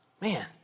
man